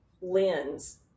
lens